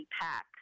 pack